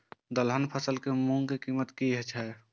दलहन फसल के मूँग के कीमत की हय?